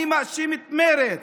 אני מאשים את מרצ,